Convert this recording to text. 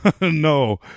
no